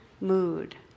mood